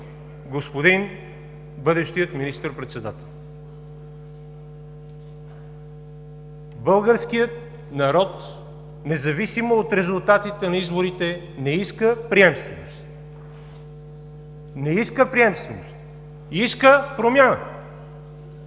господин бъдещият министър-председател. Българският народ, независимо от резултатите на изборите, не иска приемственост – не иска приемственост, иска промяна.